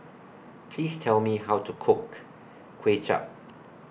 Please Tell Me How to Cook Kuay Chap